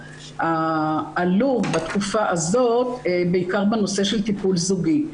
עלו בתקופה הזאת בעיקר בנושא של טיפול זוגי.